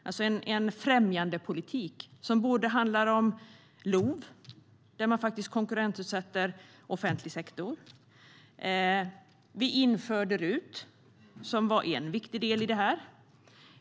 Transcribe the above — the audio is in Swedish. Det var en främjandepolitik som både handlar om LOV, där man konkurrensutsätter offentlig sektor, och om RUT, som vi införde som en viktig del i detta.